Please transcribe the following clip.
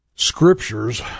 scriptures